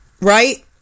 right